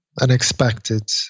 unexpected